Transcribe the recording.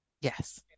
yes